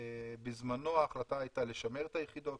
בזמנו ההחלטה היתה לשמר את היחידות.